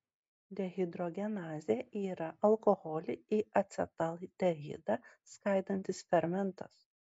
dehidrogenazė yra alkoholį į acetaldehidą skaidantis fermentas